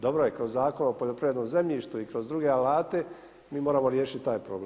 Dobro je, kroz Zakon o poljoprivrednom zemljištu i kroz druge alate mi moramo riješiti taj problem.